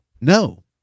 No